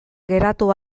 geratu